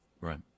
Right